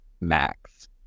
max